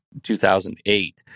2008